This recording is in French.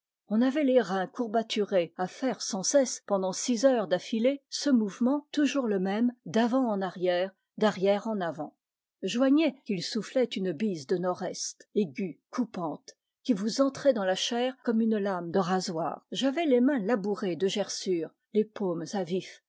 on avait les reins courbaturés à faire sans cesse pendant six heures d'affilée ce mouvement toujours le même d'avant en arrière d'arrière en avant joignez qu'il soufflait une bise du nord-est aiguë coupante qui vous entrait dans la chair comme une lame de rasoir j'avais les mains labourées de gerçures les paumes à vif